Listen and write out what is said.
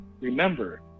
remember